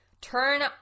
turn